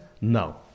No